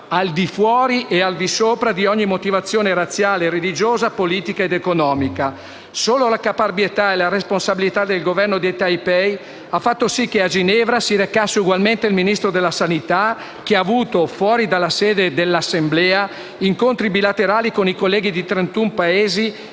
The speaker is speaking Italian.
al di fuori e al di sopra di ogni motivazione razziale, religiosa, politica ed economica. Solo la caparbietà e la responsabilità del Governo di Taipei ha fatto sì che a Ginevra si recasse ugualmente il Ministro della sanità che ha avuto, fuori dalla sede dell'Assemblea, incontri bilaterali con i colleghi di trentuno